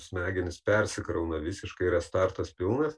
smegenys persikrauna visiškai restartas pilnas